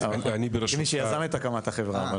כמי שיזם את הקמת החברה.